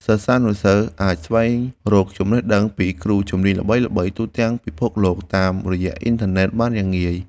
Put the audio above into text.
សិស្សានុសិស្សអាចស្វែងរកចំណេះដឹងពីគ្រូជំនាញល្បីៗទូទាំងពិភពលោកតាមរយៈអ៊ិនធឺណិតបានយ៉ាងងាយ។